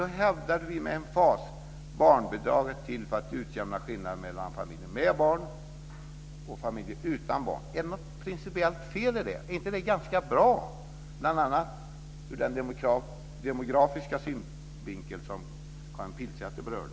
Vi hävdade då med emfas att barnbidrag är till för att utjämna skillnader mellan familjer med barn och utan barn. Är det principiellt fel? Är det inte ganska bra, bl.a. ur den demografiska synvinkeln, som Karin Pilsäter berörde?